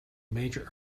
major